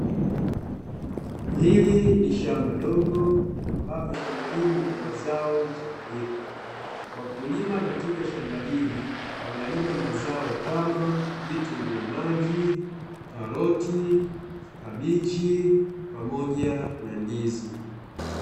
Hili ni shamba dogo ambapo shamba hili lina mazao mchanganyiko. Wakulima katika shamba hili wanalima mazao kama; vitunguu maji, karoti, kabichi pamoja na ndizi.